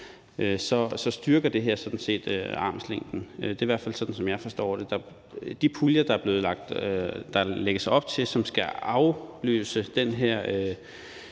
så styrker det her sådan set armslængden. Det er i hvert fald sådan, jeg forstår det. De puljer, der lægges op til, og som skal afløse den her